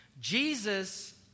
Jesus